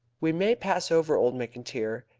we may pass over old mcintyre.